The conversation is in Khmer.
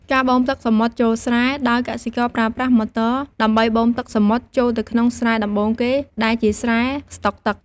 ការបូមទឹកសមុទ្រចូលស្រែ ដោយកសិករប្រើប្រាស់ម៉ូទ័រដើម្បីបូមទឹកសមុទ្រចូលទៅក្នុងស្រែដំបូងគេ ដែលជាស្រែស្តុកទឹក។